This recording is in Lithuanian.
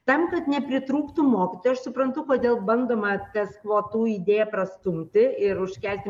tam kad nepritrūktų mokytojų aš suprantu kodėl bandoma tas kvotų idėją prastumti ir užkelti